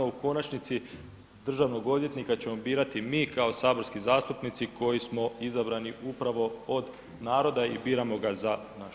U konačnici, državnog odvjetnika ćemo birati mi kao saborski zastupnici koji smo izabrani upravo od naroda i biramo ga za naš narod.